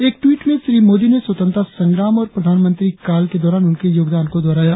एक ट्वीट में श्री मोदी ने स्वतंत्रता संग्राम और प्रधानमंत्री काल के दौरान उनके योगदान को दोहराया